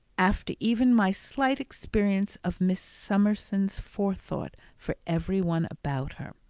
after even my slight experience of miss summerson's forethought for every one about her.